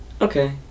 okay